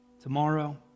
tomorrow